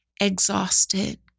exhausted